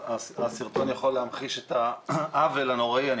הסרטון יכול להמחיש את העוול הנוראי שאני